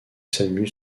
samu